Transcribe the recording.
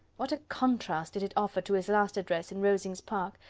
what a contrast did it offer to his last address in rosings park,